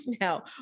now